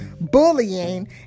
bullying